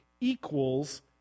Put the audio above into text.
equals